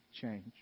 change